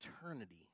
eternity